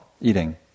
eating